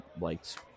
liked